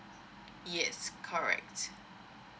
yes correct